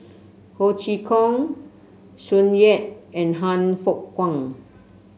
Ho Chee Kong Tsung Yeh and Han Fook Kwang